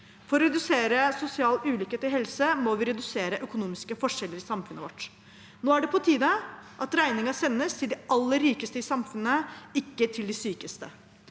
For å redusere sosial ulikhet i helse må vi redusere økonomiske forskjeller i samfunnet vårt. Nå er det på tide at regningen sendes til de aller rikeste i samfunnet, ikke til de sykeste.